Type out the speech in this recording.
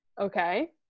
okay